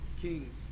Kings